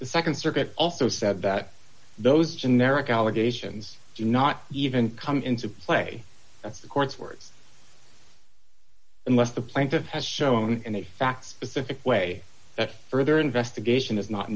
the nd circuit also said that those generic allegations do not even come into play that's the court's words unless the plaintiff has shown in a fact specific way that further investigation is not